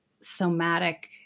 somatic